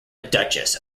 duchess